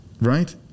right